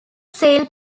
sail